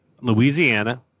louisiana